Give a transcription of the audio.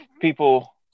People